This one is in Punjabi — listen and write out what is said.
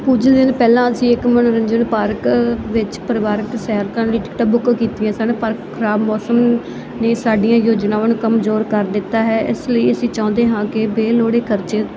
ਕੁਝ ਦਿਨ ਪਹਿਲਾਂ ਅਸੀਂ ਇੱਕ ਮਨੋਰੰਜਨ ਪਾਰਕ ਵਿੱਚ ਪਰਿਵਾਰਿਕ ਸੈਰ ਕਰਨ ਲਈ ਟਿਕਟਾਂ ਬੁੱਕ ਕੀਤੀਆਂ ਸਨ ਪਰ ਖਰਾਬ ਮੌਸਮ ਨੇ ਸਾਡੀਆਂ ਯੋਜਨਾਵਾਂ ਨੂੰ ਕਮਜ਼ੋਰ ਕਰ ਦਿੱਤਾ ਹੈ ਇਸ ਲਈ ਅਸੀਂ ਚਾਹੁੰਦੇ ਹਾਂ ਕਿ ਬੇਲੋੜੇ ਖਰਚੇ